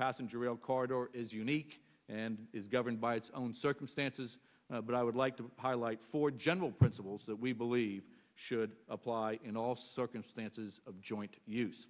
passenger rail corridor is unique and is governed by its own circumstances but i would like to highlight for general principles that we believe should apply in all circumstances of joint use